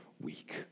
week